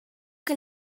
que